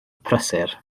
prysur